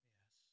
Yes